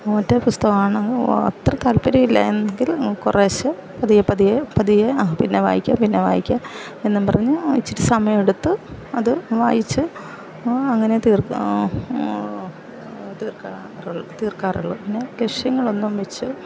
മറ്റേ പുസ്തകാണ് അത്ര താൽപ്പര്യമില്ല എങ്കിൽ കൊറേശ്ശെ പതിയെ പതിയെ പതിയെ പിന്നെ വായിക്കാം പിന്നെ വായിക്കാം എന്നുംപറഞ്ഞ് ഇച്ചിരിസമയെടുത്ത് അത് വായിച്ച് അങ്ങനെ തീർക്കാൻ തീർക്കാറുളളൂ പിന്നെ ലക്ഷ്യങ്ങളൊന്നും വച്ച്